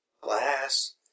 Glass